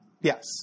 Yes